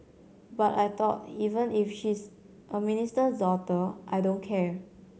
but I thought even if she's a minister's daughter I don't care